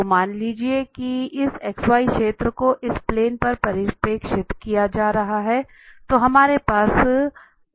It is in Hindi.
तो मान लीजिए कि इस xy सतह को इस प्लेन पर प्रक्षेपित किया जा रहा है तो हमारे पास प्लेन पर यह R है